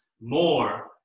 more